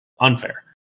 unfair